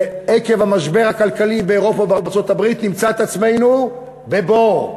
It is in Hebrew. ועקב המשבר הכלכלי באירופה ובארצות-הברית נמצא את עצמנו בבור.